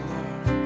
Lord